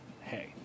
hey